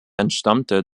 entstammte